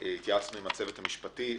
התייעצנו עם הצוות המשפטי.